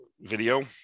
video